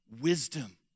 wisdom